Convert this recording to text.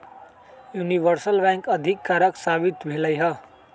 universal bank अधिक कारगर साबित भेलइ ह